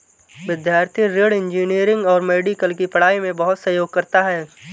विद्यार्थी ऋण इंजीनियरिंग और मेडिकल की पढ़ाई में बहुत सहयोग करता है